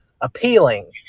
appealing